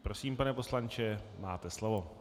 Prosím, pane poslanče, máte slovo.